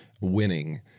winning